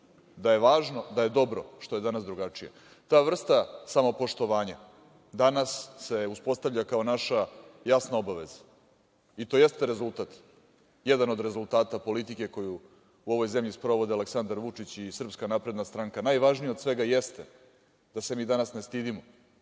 da je važno, da je dobro što je danas drugačije. Ta vrsta samopoštovanja danas se uspostavlja kao naša jasna obaveza. To jeste rezultat, jedan od rezultata politike koju u ovoj zemlji sprovode Aleksandar Vučić i SNS. Najvažnije od svega jeste da se mi danas ne stidimo,